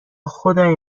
خدای